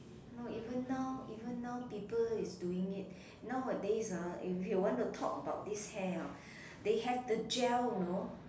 no even now even now people is doing it nowadays ah if you want to talk about this hair ah they have the gel know